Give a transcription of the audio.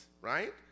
right